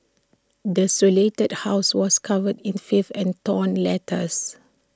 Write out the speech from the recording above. desolated house was covered in filth and torn letters